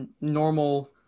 normal